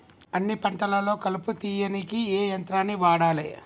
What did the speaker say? అన్ని పంటలలో కలుపు తీయనీకి ఏ యంత్రాన్ని వాడాలే?